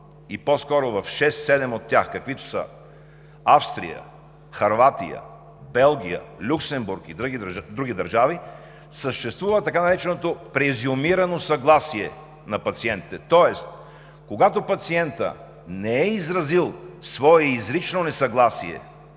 и по-скоро в шест-седем от тях, каквито са Австрия, Хърватия, Белгия, Люксембург и други държави, съществува така нареченото презюмирано съгласие на пациента. Тоест, когато пациентът не е изразил свое изрично несъгласие